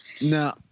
no